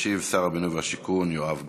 ישיב שר הבינוי והשיכון יואב גלנט.